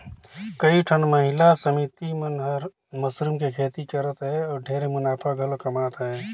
कयोठन महिला समिति मन हर मसरूम के खेती करत हें अउ ढेरे मुनाफा घलो कमात अहे